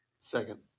Second